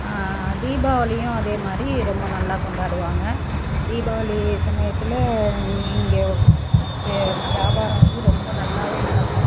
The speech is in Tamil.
தீபாவளியும் அதேமாதிரி ரொம்ப நல்லா கொண்டாடுவாங்க தீபாவளி சமயத்தில் இங் இங்கே வெ வியாபாரம் வந்து ரொம்ப நல்லாவே நடக்கும்